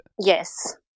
Yes